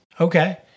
Okay